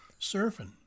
surfing